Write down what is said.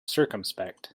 circumspect